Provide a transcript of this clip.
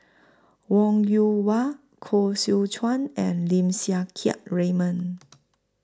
Wong Yoon Wah Koh Seow Chuan and Lim Siang Keat Raymond